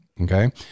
Okay